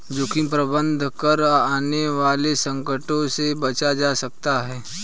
जोखिम प्रबंधन कर आने वाले संकटों से बचा जा सकता है